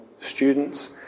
students